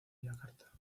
yakarta